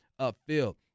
upfield